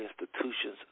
institutions